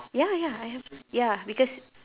ya ya I have ya because